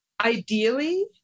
Ideally